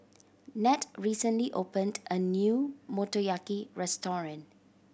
Ned recently opened a new Motoyaki Restaurant